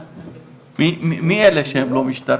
מי אלה שהם לא משטרה?